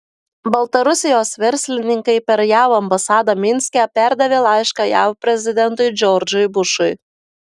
baltarusijos verslininkai per jav ambasadą minske perdavė laišką jav prezidentui džordžui bušui